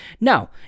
Now